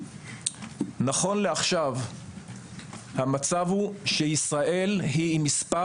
נכון לעכשיו המצב הוא שישראל היא עם מספר